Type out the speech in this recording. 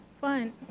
fun